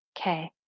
Okay